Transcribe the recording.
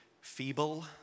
feeble